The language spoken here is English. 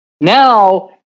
Now